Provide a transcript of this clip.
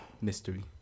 Mystery